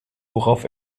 worauf